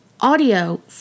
Audio